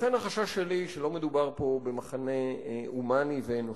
לכן החשש שלי, שלא מדובר פה במחנה הומני ואנושי,